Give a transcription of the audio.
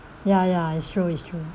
ya ya it's true it's true